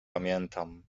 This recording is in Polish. pamiętam